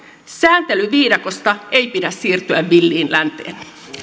sääntelyviidakosta ei pidä siirtyä villiin länteen